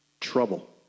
Trouble